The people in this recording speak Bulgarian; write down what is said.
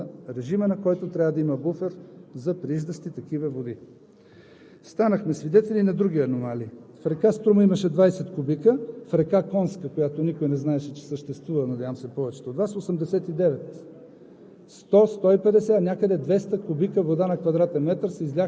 В момента е контролирано. В продължение на седем-осем дни ще изпуснем и ще отидем на режима, на който трябва да има буфер за прииждащи такива води. Станахме свидетели и на други аномалии. В река Струма имаше 20 кубика, в река Конска, която никой не знаеше, че съществува – се изляха 89,